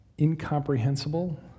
incomprehensible